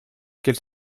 quelle